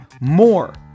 more